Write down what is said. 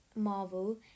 Marvel